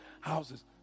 houses